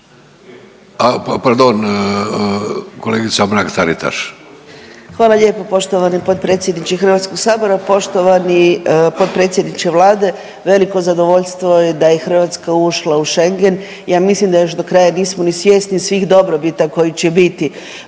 Anka (GLAS)** Hvala lijepo poštovani potpredsjedniče Hrvatskog sabora. Poštovani potpredsjedniče Vlade, veliko zadovoljstvo je da je Hrvatska ušla u Schengen. Ja mislim da još dokraja nismo ni svjesni svih dobrobita koji će biti